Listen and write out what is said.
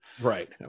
Right